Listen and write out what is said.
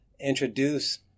introduce